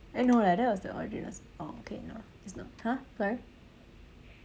eh no leh that was the audio oh okay no it's not !huh! sorry